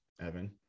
Evan